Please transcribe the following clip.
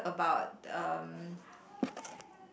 about um